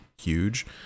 huge